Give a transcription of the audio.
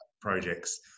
projects